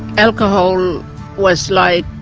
alcohol was like